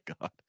God